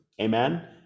Amen